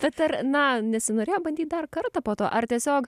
bet ar na nesinorėjo bandyt dar kartą po to ar tiesiog